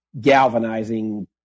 galvanizing